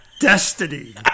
Destiny